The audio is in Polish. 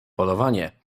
polowanie